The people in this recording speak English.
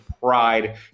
Pride